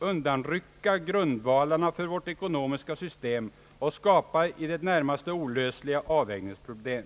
undanrycka grundvalarna för vårt ekonomiska system och skapa i det närmaste olösliga avvägningsproblem.